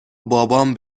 بابام